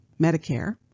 Medicare